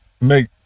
make